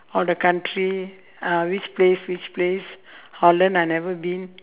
all the country uh which place which place holland I never been